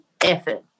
effort